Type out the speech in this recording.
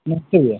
नमस्ते भैया